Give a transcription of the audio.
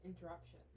interruption